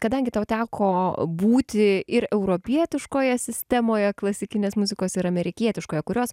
kadangi tau teko būti ir europietiškoje sistemoje klasikinės muzikos ir amerikietiškoje kurios